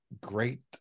great